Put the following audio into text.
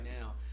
now